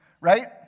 Right